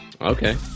okay